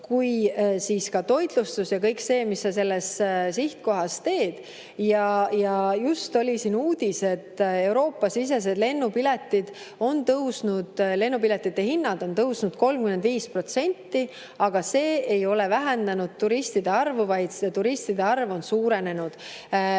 majutus ja toitlustus ja kõik see, mis sa sihtkohas teed. Ja just oli siin uudis, et Euroopa-siseste lendude piletite hinnad on tõusnud 35%, aga see ei ole vähendanud turistide arvu, vaid turistide arv on suurenenud.